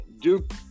Duke